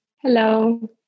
Hello